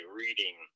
reading